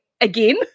again